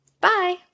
Bye